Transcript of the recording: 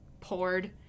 poured